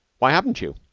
why haven't you?